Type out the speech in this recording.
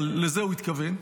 אבל לזה הוא התכוון,